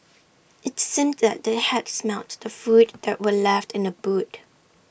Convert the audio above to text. IT seemed that they had smelt the food that were left in the boot